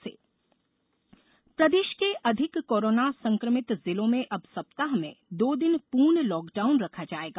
lockdown प्रदेश के अधिक कोरोना संकमित जिलों में अब सप्ताह में दो दिन पूर्ण लॉकडाउन रखा जायेगा